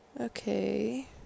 Okay